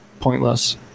pointless